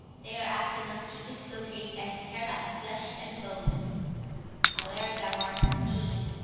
they are apt enough to dislocate and tear thy flesh and bones howe'er thou art a fiend,